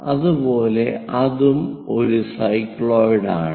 അതുപോലെ ഇതും ഒരു സൈക്ലോയിഡ് ആണ്